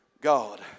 God